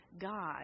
God